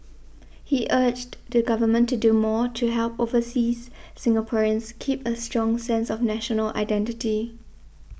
he urged the Government to do more to help overseas Singaporeans keep a strong sense of national identity